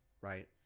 right